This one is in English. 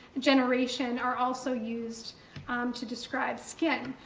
generation are also used to describe skin.